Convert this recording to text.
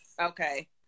okay